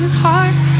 heart